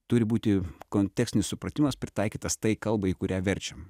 turi būti kontekstinis supratimas pritaikytas tai kalbai į kurią verčiam